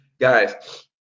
guys